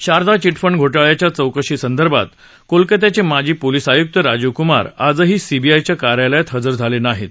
Sharda chit fund घोटाळ्याच्या चौकशीसंदर्भात कोलकात्याचे माजी पोलिस आयुक्त राजीव कुमार आजही सीबीआयच्या कार्यालयात हजर झाले नाहीत